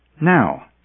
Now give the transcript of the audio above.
Now